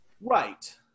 Right